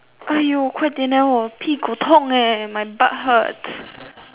!aiyo! 快点 leh 我屁股痛 leh my butt hurts